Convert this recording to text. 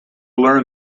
learn